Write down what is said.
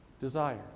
desire